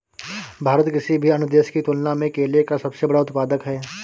भारत किसी भी अन्य देश की तुलना में केले का सबसे बड़ा उत्पादक है